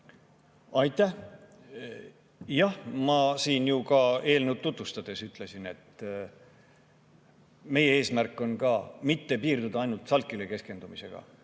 Aitäh! Jah, ma siin ju ka eelnõu tutvustades ütlesin, et meie eesmärk ei ole piirduda ainult SALK-ile keskendumisega.